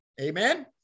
amen